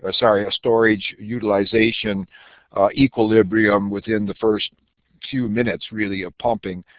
ah sorry, a storage utilization equilibrium within the first few minutes really of pumping.